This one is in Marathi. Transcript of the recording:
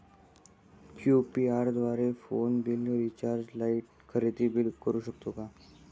यु.पी.आय द्वारे फोन बिल, रिचार्ज, लाइट, खरेदी बिल भरू शकतो का?